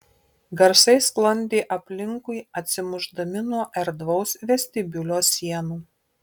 garsai sklandė aplinkui atsimušdami nuo erdvaus vestibiulio sienų